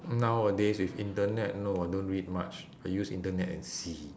nowadays with internet no I don't read much I use internet and see